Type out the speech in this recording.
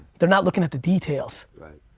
they're not looking at the details.